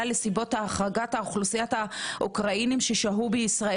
לסיבות החרגת אוכלוסיית האוקראינים ששהו בישראל